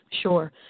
Sure